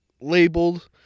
labeled